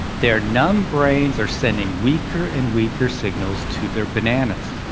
their numb brains are sending weaker and weaker signals to their bananas.